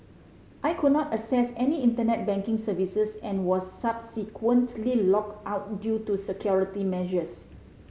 I could not access any Internet banking services and was subsequently locked out due to security measures